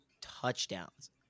touchdowns